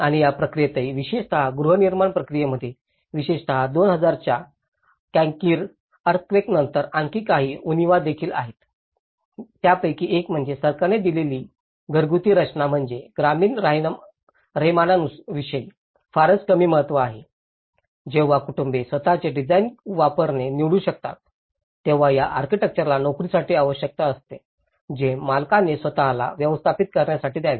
आणि या प्रक्रियेतही विशेषत गृहनिर्माण प्रक्रियेमध्ये विशेषतः 2000 च्या कांकीरी अर्थक्वेकानंतर आणखी काही उणीवा देखील आहेत त्यापैकी एक म्हणजे सरकारने दिलेली घरगुती रचना म्हणजे ग्रामीण राहणीमानांविषयी फारच कमी महत्त्व आहे आणि जेव्हा कुटुंबे स्वत चे डिझाइन वापरणे निवडू शकतात तेव्हा अशा आर्किटेक्टला नोकरीसाठी आवश्यक असते जे मालकाने स्वत ला व्यवस्थापित करण्यासाठी द्यावे